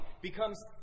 becomes